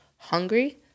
hungry